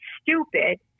stupid